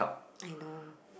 I know